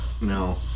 no